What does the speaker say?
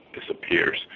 disappears